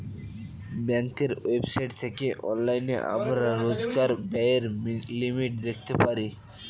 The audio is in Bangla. ব্যাঙ্কের ওয়েবসাইট থেকে অনলাইনে আমরা রোজকার ব্যায়ের লিমিট দেখতে পারি